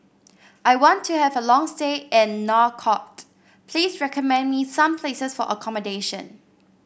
I want to have a long stay in Nouakchott Please recommend me some places for accommodation